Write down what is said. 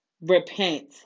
repent